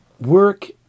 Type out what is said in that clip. Work